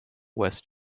west